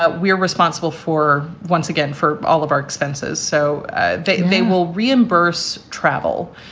ah we're responsible for once again for all of our expenses so that they will reimburse travel.